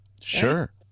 Sure